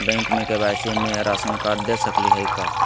Bank में KYC में ration card दे सकली हई का?